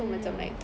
hmm